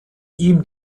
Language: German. ihm